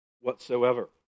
whatsoever